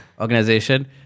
organization